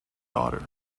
daughter